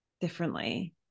differently